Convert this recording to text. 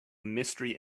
mystery